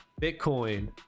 Bitcoin